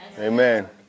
Amen